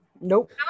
Nope